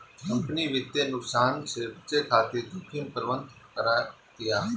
company वित्तीय नुकसान से बचे खातिर जोखिम प्रबंधन करतिया